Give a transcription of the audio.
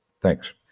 thanks